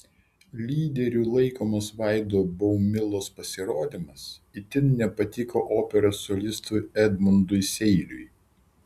lyderiu laikomas vaido baumilos pasirodymas itin nepatiko operos solistui edmundui seiliui